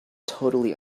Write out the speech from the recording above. totally